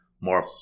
more